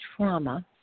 trauma